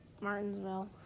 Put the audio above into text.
Martinsville